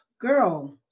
girl